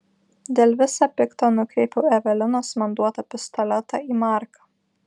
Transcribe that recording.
dėl visa pikta nukreipiu evelinos man duotą pistoletą į marką